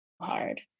hard